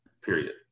period